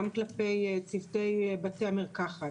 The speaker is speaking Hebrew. גם כלפי צוותי בתי המרקחת,